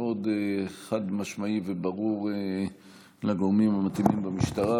מאוד חד-משמעי וברור לגורמים המתאימים במשטרה,